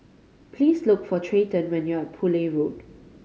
please look for Treyton when you are Poole Road